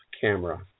camera